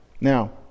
Now